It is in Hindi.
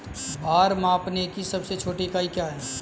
भार मापने की सबसे छोटी इकाई क्या है?